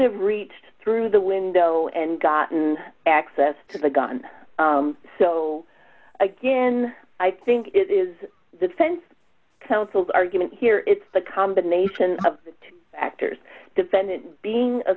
have reached through the window and gotten access to the gun so again i think it is the fence council's argument here it's the combination of factors defendant being